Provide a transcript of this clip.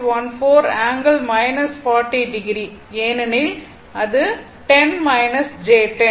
14 ∠ 40o ஏனெனில் அது 10 j10